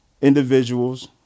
individuals